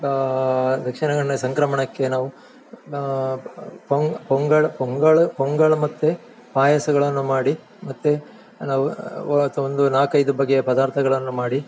ದಕ್ಷಿಣ ಕನ್ನಡ ಸಂಕ್ರಮಣಕ್ಕೆ ನಾವು ಪೊಂಗಲ್ ಪೊಂಗಲ್ ಪೊಂಗಲ್ ಮತ್ತು ಪಾಯಸಗಳನ್ನು ಮಾಡಿ ಮತ್ತು ನಾವು ಅಥ್ವಾ ಒಂದು ನಾಲ್ಕೈದು ಬಗೆಯ ಪದಾರ್ತಥಗಳನ್ನು ಮಾಡಿ